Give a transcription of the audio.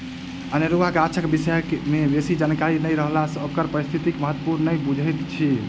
अनेरुआ गाछक विषय मे बेसी जानकारी नै रहला सँ ओकर पारिस्थितिक महत्व के नै बुझैत छी